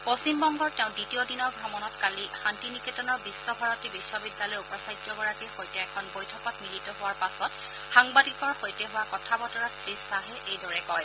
পশ্চিমবংগৰ তেওঁৰ দ্বিতীয় দিনৰ ভ্ৰমণত কালি শান্তি নিকেতনৰ বিশ্বভাৰতী বিশ্ববিদ্যালয়ৰ উপাচাৰ্যগৰাকীৰ সৈতে এখন বৈঠকত মিলিত হোৱাৰ পাছত সাংবাদিকৰ সৈতে হোৱা কথা বতৰাত শ্ৰীশ্বাহে এইদৰে কয়